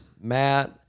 Matt